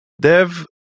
Dev